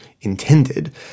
intended